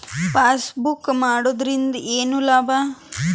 Passbook ಮಾಡುದರಿಂದ ಏನು ಲಾಭ?